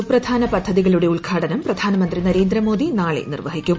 സൂപ്രധാന പദ്ധതികളുടെ ഉദ്ഘാടനം പ്രധാനമന്ത്രി നരേന്ദ്രമോദി നാളെ നിർവ്വഹിക്കും